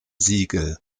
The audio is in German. siegel